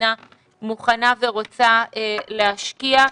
שהמדינה מוכנה ורוצה להשקיע.